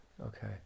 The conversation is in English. okay